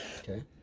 Okay